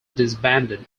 disbanded